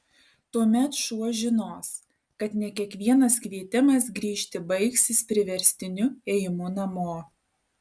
tuomet šuo žinos kad ne kiekvienas kvietimas grįžti baigsis priverstiniu ėjimu namo